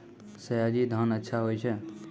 सयाजी धान अच्छा होय छै?